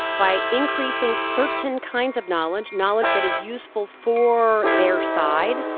by increasing certain kinds of knowledge, knowledge that is useful for their side,